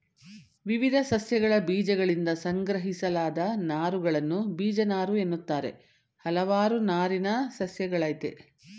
ವಿವಿಧ ಸಸ್ಯಗಳಬೀಜಗಳಿಂದ ಸಂಗ್ರಹಿಸಲಾದ ನಾರುಗಳನ್ನು ಬೀಜನಾರುಎನ್ನುತ್ತಾರೆ ಹಲವಾರು ನಾರಿನ ಸಸ್ಯಗಳಯ್ತೆ